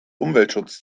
umweltschutz